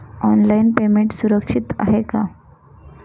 Online payment सुरक्षित आहे का?